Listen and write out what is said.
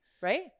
Right